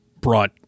brought